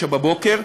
09:00 בבוקר,